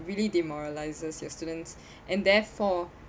really demoralizes your students and therefore